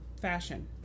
fashion